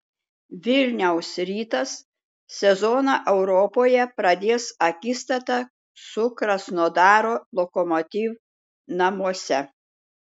vilniaus rytas sezoną europoje pradės akistata su krasnodaro lokomotiv namuose